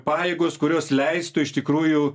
pajėgos kurios leistų iš tikrųjų